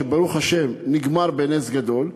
שברוך השם נגמר בנס גדול,